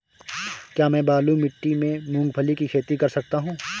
क्या मैं बालू मिट्टी में मूंगफली की खेती कर सकता हूँ?